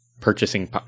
purchasing